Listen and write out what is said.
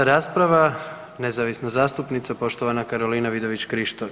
6. rasprava, nezavisna zastupnica poštovana Karolina Vidović Krišto.